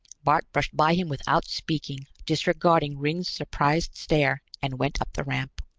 bart brushed by him without speaking, disregarding ringg's surprised stare, and went up the ramp.